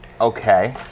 okay